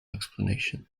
explanation